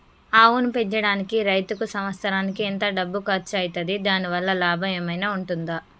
ఆవును పెంచడానికి రైతుకు సంవత్సరానికి ఎంత డబ్బు ఖర్చు అయితది? దాని వల్ల లాభం ఏమన్నా ఉంటుందా?